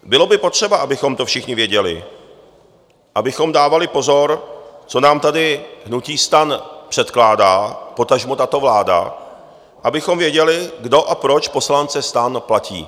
Bylo by potřeba, abychom to všichni věděli, abychom dávali pozor, co nám tady hnutí STAN předkládá, potažmo tato vláda, abychom věděli, kdo a proč poslance STAN platí.